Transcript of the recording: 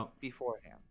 beforehand